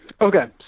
Okay